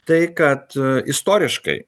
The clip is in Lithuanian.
tai kad istoriškai